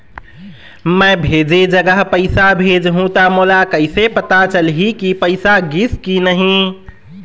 मैं भेजे जगह पैसा भेजहूं त मोला कैसे पता चलही की पैसा गिस कि नहीं?